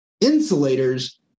insulators